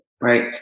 Right